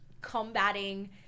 combating